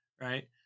right